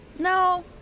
no